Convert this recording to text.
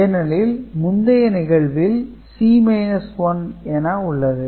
ஏனெனில் முந்தையை நிகழ்வில் C 1 என உள்ளது